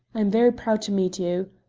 i am very proud to meet you.